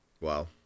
Wow